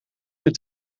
het